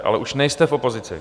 Ale už nejste v opozici.